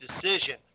decision